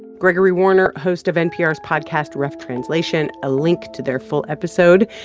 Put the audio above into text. gregory warner, host of npr's podcast rough translation a link to their full episode,